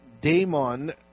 daemon